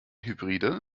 hybride